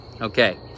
Okay